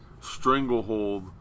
stranglehold